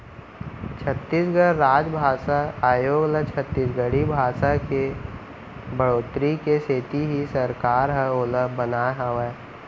छत्तीसगढ़ राजभासा आयोग ल छत्तीसगढ़ी भासा के बड़होत्तरी के सेती ही सरकार ह ओला बनाए हावय